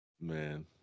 Man